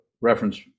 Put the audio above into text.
reference